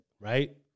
Right